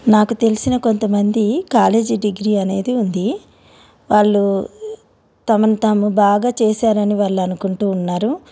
నాకు తెలిసిన కొంతమంది కాలేజీ డిగ్రీ అనేది ఉంది వాళ్ళు తమని తము బాగా చేసారని వాళ్ళు అనుకుంటూ ఉన్నారు